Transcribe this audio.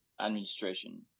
administration